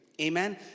Amen